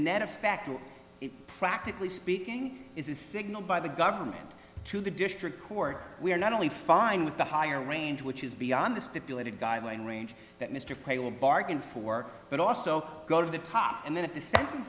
net effect will it practically speaking is a signal by the government to the district court we're not only fine with the higher range which is beyond the stipulated guideline range that mr craig will bargain for but also go to the top and then at the s